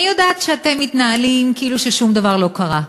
אני יודעת שאתם מתנהלים כאילו שום דבר לא קרה,